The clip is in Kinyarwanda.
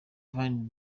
van